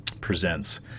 presents